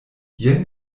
jen